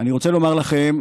אני רוצה לומר לכם,